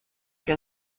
que